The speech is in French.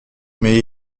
mais